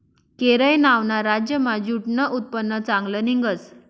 केरय नावना राज्यमा ज्यूटनं उत्पन्न चांगलं निंघस